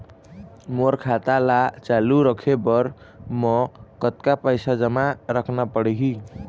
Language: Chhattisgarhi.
मोर खाता ला चालू रखे बर म कतका पैसा जमा रखना पड़ही?